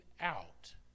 out